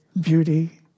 beauty